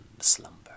slumber